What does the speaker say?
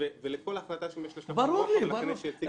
ברור.